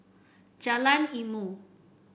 Jalan Ilmu